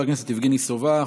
תודה רבה לחבר הכנסת יבגני סובה.